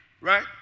right